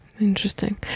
interesting